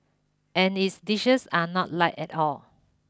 and its dishes are not light at all